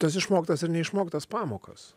tas išmoktas ir neišmoktas pamokas